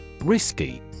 Risky